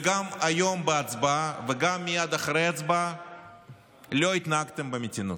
וגם היום בהצבעה וגם מייד אחרי ההצבעה לא התנהגתם במתינות.